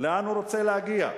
לאן הוא רוצה להגיע?